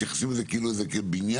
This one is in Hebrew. מתייחסים לזה כאילו זה בניין.